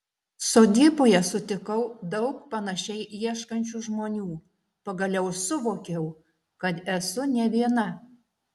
sodyboje sutikau daug panašiai ieškančių žmonių pagaliau suvokiau kad esu ne viena